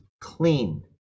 clean